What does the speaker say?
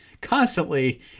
constantly